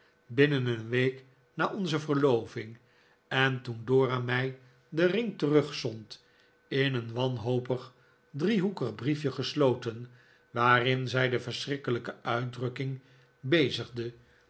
binnen een week na onze verloving en toen dora mij den ring terugzond in een wanhopig driehoekig briefje gesloten waarin zij de verschrikkelijke uitdrukking bezigde